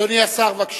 אדוני השר, בבקשה.